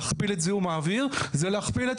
להכפיל את זיהום האוויר זה להכפיל את